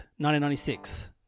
1996